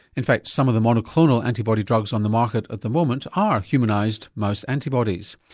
in fact some of the monoclonal antibody drugs on the market at the moment are humanised mouse antibodies.